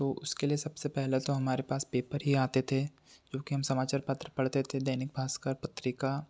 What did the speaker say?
तो इसके लिए सबसे पहला तो हमारे पास पेपर ही आते थे क्योंकि हम समाचार पत्र पढ़ते थे दैनिक भास्कर पत्रिका